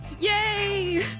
Yay